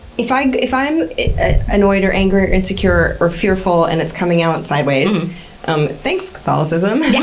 if i'm if i'm annoyed or angry or insecure or fearful and it's coming out sideways um thanks, catholicism! yeah